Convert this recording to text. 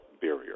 barrier